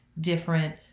different